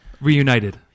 reunited